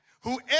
whoever